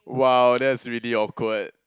!wow! that's really awkward